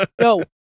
no